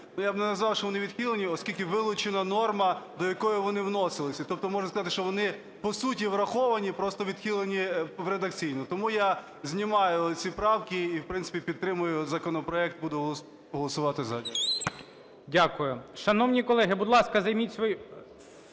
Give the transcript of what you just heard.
Я б не назвав, що вони відхилені, оскільки вилучена норма, до якої вони вносились. Тобто можна сказати, що вони по суті враховані, просто відхилені редакційно. Тому я знімаю ці правки, і в принципі підтримую законопроект, буду голосувати "за". ГОЛОВУЮЧИЙ. Дякую. Шановні колеги, будь ласка, займіть свої…